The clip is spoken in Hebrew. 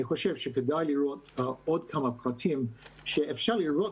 אני חושב שכדאי לראות עוד כמה פרטים שאפשר לראות